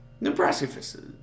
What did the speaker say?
Nebraska